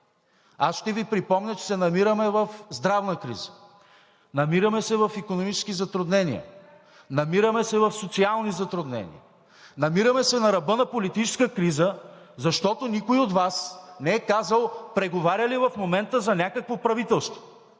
Аз ще Ви припомня, че се намираме в здравна криза, намираме се в икономически затруднения, намираме се в социални затруднения, намираме се на ръба на политическа криза, защото никой от Вас не е казал преговаря ли в момента за някакво правителство.